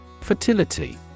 Fertility